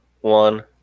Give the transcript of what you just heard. one